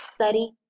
study